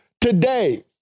today